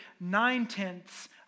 nine-tenths